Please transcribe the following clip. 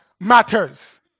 matters